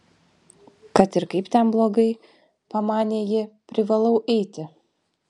kad ir kaip ten blogai pamanė ji privalau eiti